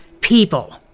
people